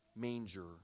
manger